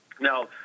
Now